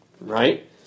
Right